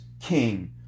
king